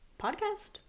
Podcast